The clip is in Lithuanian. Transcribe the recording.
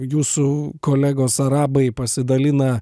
jūsų kolegos arabai pasidalina